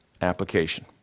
Application